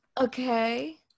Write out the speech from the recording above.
Okay